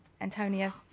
Antonia